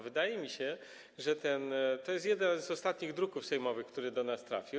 Wydaje mi się, że to jest jeden z ostatnich druków sejmowych, który do nas trafił.